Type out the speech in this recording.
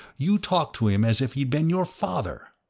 you talked to him as if he'd been your father!